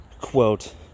quote